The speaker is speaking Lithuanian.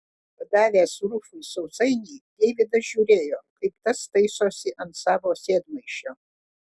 padavęs rufui sausainį deividas žiūrėjo kaip tas taisosi ant savo sėdmaišio